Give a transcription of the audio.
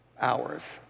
hours